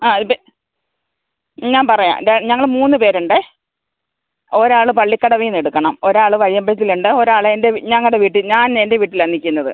ആ ഇത് ഞാൻ പറയാം ര ഞങ്ങൾ മൂന്ന് പേരുണ്ടേ ഒരാൾ പള്ളിക്കടവീന്നെടുക്കണം ഒരാൾ വഴിയമ്പലത്തിലുണ്ട് ഒരാൾ എൻ്റെ ഞങ്ങളുടെ വീട്ടിൽ ഞാൻ എൻ്റെ വീട്ടിലാണ് നിൽക്കുന്നത്